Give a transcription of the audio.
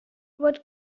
what